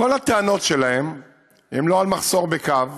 כל הטענות שלהם הן לא על מחסור בקו,